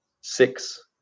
six